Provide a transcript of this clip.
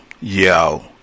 Yo